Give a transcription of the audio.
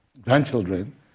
grandchildren